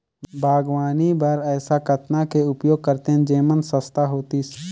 बागवानी बर ऐसा कतना के उपयोग करतेन जेमन सस्ता होतीस?